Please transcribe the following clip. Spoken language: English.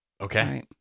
okay